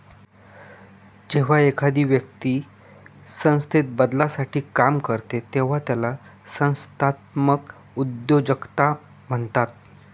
जेव्हा एखादी व्यक्ती संस्थेत बदलासाठी काम करते तेव्हा त्याला संस्थात्मक उद्योजकता म्हणतात